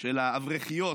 של האברכיות,